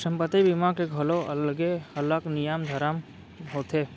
संपत्ति बीमा के घलौ अलगे अलग नियम धरम होथे